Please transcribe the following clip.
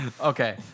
Okay